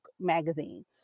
magazine